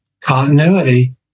continuity